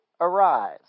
arise